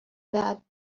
that